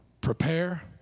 prepare